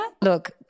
Look